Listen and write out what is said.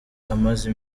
amaze